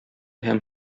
һәм